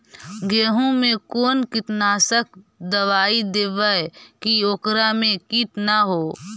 गेहूं में कोन कीटनाशक दबाइ देबै कि ओकरा मे किट न हो?